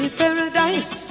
paradise